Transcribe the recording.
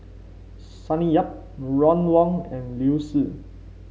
Sonny Yap Ron Wong and Liu Si